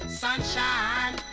sunshine